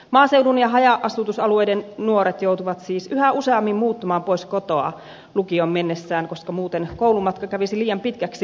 maaseudun ja haja asutusalueiden nuoret joutuvat siis yhä useammin muuttamaan pois kotoa lukioon mennessään koska muuten koulumatka kävisi liian pitkäksi